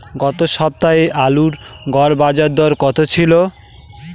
গত সপ্তাহে আলুর গড় বাজারদর কত ছিল?